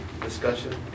discussion